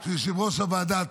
שהוא יושב-ראש ועדת